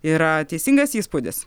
yra teisingas įspūdis